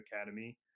Academy